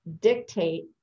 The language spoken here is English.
dictate